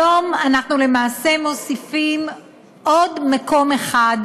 היום אנחנו למעשה מוסיפים עוד מקום אחד,